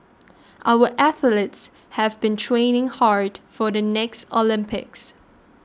our athletes have been training hard for the next Olympics